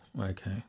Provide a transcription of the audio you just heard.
Okay